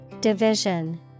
Division